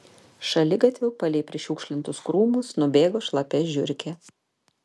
šaligatviu palei prišiukšlintus krūmus nubėgo šlapia žiurkė